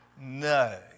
no